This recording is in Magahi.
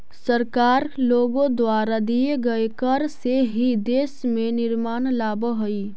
सरकार लोगों द्वारा दिए गए कर से ही देश में निर्माण लावअ हई